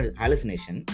hallucination